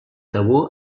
tabú